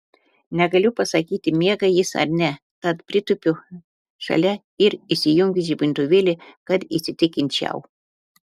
negaliu pasakyti miega jis ar ne tad pritūpiu šalia ir įsijungiu žibintuvėlį kad įsitikinčiau